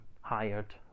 hired